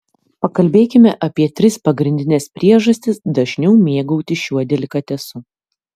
pakalbėkime apie tris pagrindines priežastis dažniau mėgautis šiuo delikatesu